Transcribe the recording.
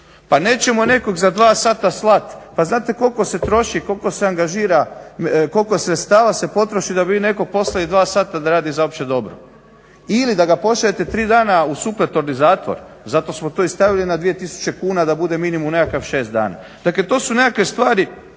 Pa nećemo nekog za dva sata slati, pa znate koliko se troši i koliko sredstava se potroši da bi vi nekog poslali dva sata da radi za opće dobro ili da ga pošaljete tri dana u supletorni zatvor? Zato smo to i stavili na 2000 kuna da bude minimum nekakav 6 dana. Dakle, to su nekakve stvari.